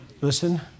Listen